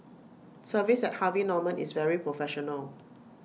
service at Harvey Norman is very professional